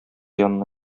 янына